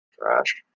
trash